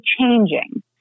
changing